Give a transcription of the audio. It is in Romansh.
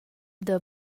dal